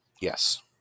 Yes